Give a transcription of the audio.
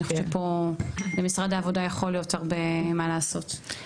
ואני חושבת שפה למשרד העבודה יכול להיות הרבה מה לעשות.